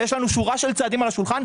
ויש לנו שורה של צעדים על השולחן.